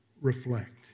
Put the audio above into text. reflect